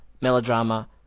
melodrama